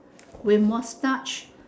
with moustache